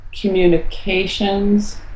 communications